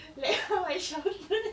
like how I shouted